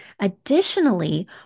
Additionally